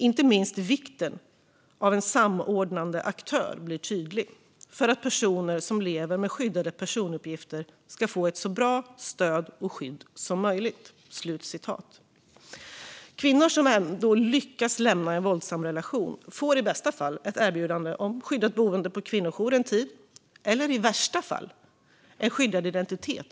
Inte minst vikten av en samordnande aktör blir tydlig, för att personer som lever med skyddade personuppgifter ska få ett så bra stöd och skydd som möjligt." En kvinna som lyckas lämna en våldsam relation får i bästa fall erbjudande om skyddat boende på en kvinnojour en tid, i värsta fall skyddad identitet.